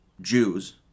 Jews